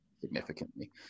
significantly